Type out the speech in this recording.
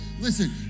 Listen